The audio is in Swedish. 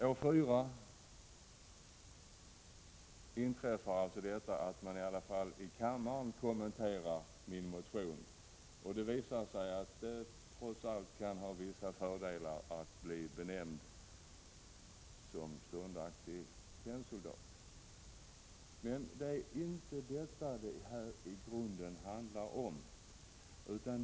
År 4 inträffar att man i alla fall kommenterar min motion i kammaren. Det visar sig att det trots allt kan vara förenat med vissa fördelar att bli benämnd som ståndaktig tennsoldat. Men det är inte detta frågan i grunden handlar om.